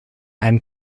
and